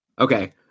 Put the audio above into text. Okay